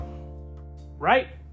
right